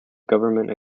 government